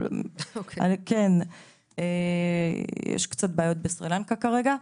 כרגע יש קצת בעיות בסרילנקה.